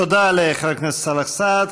תודה לחבר הכנסת סאלח סעד.